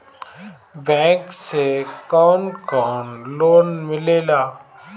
Bank से कौन कौन लोन मिलेला?